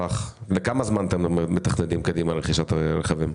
לכמה זמן אתם מתכננים קדימה את רכישת הרכבים?